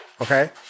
okay